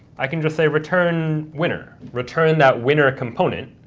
i can just say return winner, return that winner component,